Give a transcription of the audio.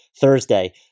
Thursday